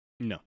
No